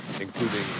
including